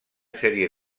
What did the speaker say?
sèrie